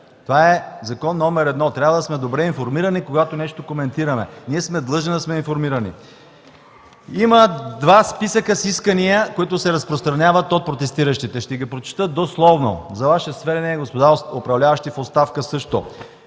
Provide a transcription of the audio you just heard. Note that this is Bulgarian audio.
Това е закон номер едно: трябва да сме добре информирани, когато нещо коментираме, ние сме длъжни да сме информирани. Има два списъка с искания, които се разпространяват от протестиращите. Ще ги прочета дословно за Ваше сведение също, господа управляващи в оставка: „1.